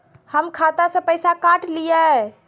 हमर खाता से पैसा काट लिए?